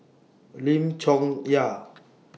Lim Chong Yah